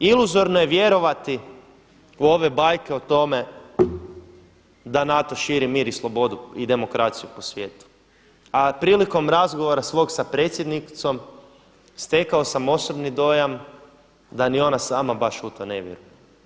Iluzorno je vjerovati u ove bajke o tome da NATO širi mir i slobodu i demokraciju po svijetu, a prilikom razgovora svog sa predsjednicom stekao sam osobni dojam da ni ona sama baš u to ne vjeruje.